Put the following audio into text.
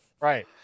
right